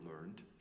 learned